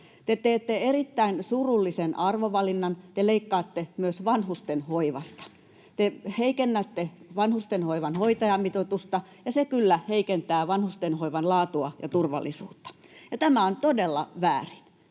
teette erittäin surullisen arvovalinnan: te leikkaatte myös vanhustenhoivasta. Te heikennätte vanhustenhoivan hoitajamitoitusta, ja se kyllä heikentää vanhustenhoivan laatua ja turvallisuutta, ja tämä on todella väärin.